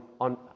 on